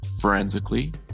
forensically